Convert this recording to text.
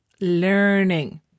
learning